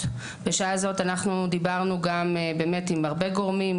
אנחנו דיברנו עם גורמים רבים,